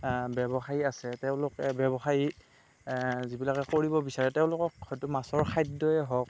ব্যৱসায়ী আছে তেওঁলোকে ব্যৱসায় যিবিলাকে কৰিব বিচাৰে তেওঁলোকক হয়তু মাছৰ খাদ্যই হওক